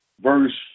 verse